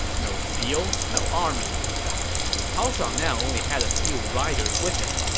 no seal, no army cao shuang now only had a few riders with him.